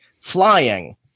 flying